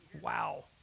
Wow